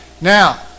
now